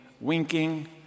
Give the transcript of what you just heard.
winking